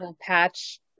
patch